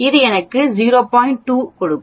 2 கொடுக்கும்